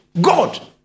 God